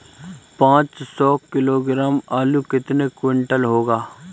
पाँच सौ किलोग्राम आलू कितने क्विंटल होगा?